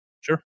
Sure